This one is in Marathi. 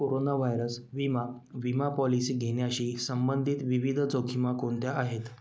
कोरोना व्हायरस विमा विमा पॉलिसी घेण्याशी संबंधित विविध जोखिमा कोणत्या आहेत